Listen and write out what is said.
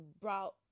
brought